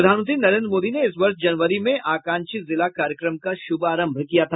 प्रधानमंत्री नरेन्द्र मोदी ने इस वर्ष जनवरी में आकांक्षी जिला कार्यक्रम का शुभारंभ किया था